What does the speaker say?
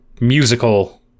musical